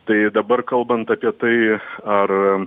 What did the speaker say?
tai dabar kalbant apie tai ar